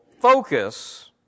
focus